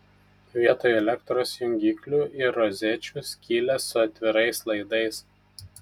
vietoj elektros jungiklių ir rozečių skylės su atvirais laidais